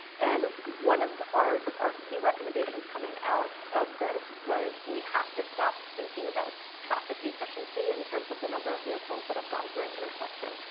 and one of our our key recommendations coming out of this was we have to stop thinking about traffic efficiency in terms of the number of vehicles that have gone through an intersection.